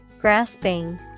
grasping